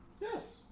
Yes